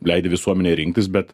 leidi visuomenei rinktis bet